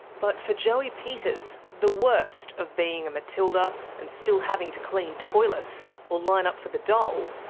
but for joey peters, the worst of being a matilda and still having to clean toilets or line up for the dole,